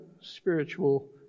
spiritual